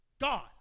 God